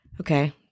Okay